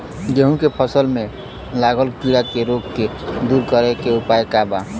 गेहूँ के फसल में लागल कीड़ा के रोग के दूर करे के उपाय का बा?